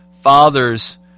father's